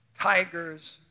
tigers